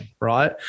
right